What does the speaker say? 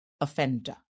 Offender